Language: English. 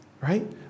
Right